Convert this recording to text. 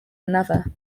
another